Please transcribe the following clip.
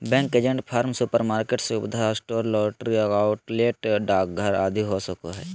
bank agent farm, supermarket, सुविधा store, lottery outlet, डाकघर आदि हो सको हइ